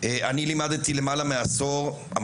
אני לימדתי למעלה מעשור,